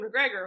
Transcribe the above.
McGregor